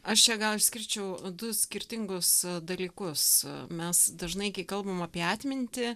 aš čia gal išskirčiau du skirtingus dalykus mes dažnai kai kalbame apie atmintį